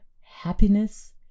happiness